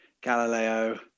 Galileo